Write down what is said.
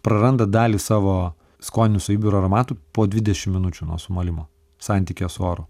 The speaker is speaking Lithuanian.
praranda dalį savo skoninių savybių ir aromatų po dvidešimt minučių nuo sumalimo santykio su oru